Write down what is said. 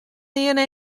nearne